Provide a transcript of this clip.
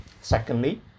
Secondly